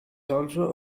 also